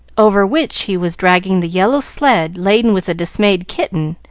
over which he was dragging the yellow sled laden with a dismayed kitten,